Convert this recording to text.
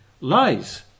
lies